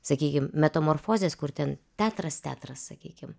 sakykim metamorfozės kur ten teatras teatras sakykim